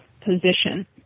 position